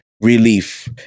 relief